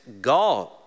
God